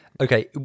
Okay